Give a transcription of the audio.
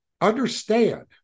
understand